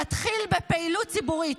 תתחיל בפעילות ציבורית.